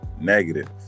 Negative